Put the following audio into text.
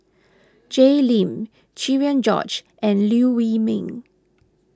Jay Lim Cherian George and Liew Wee Mee